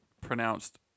pronounced